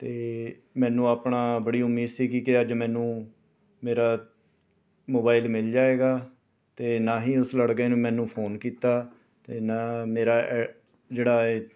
ਅਤੇ ਮੈਨੂੰ ਆਪਣਾ ਬੜੀ ਉਮੀਦ ਸੀਗੀ ਕਿ ਅੱਜ ਮੈਨੂੰ ਮੇਰਾ ਮੋਬਾਇਲ ਮਿਲ ਜਾਏਗਾ ਅਤੇ ਨਾ ਹੀ ਉਸ ਲੜਕੇ ਨੇ ਮੈਨੂੰ ਫੋਨ ਕੀਤਾ ਅਤੇ ਨਾ ਮੇਰਾ ਜਿਹੜਾ ਹੈ